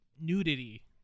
nudity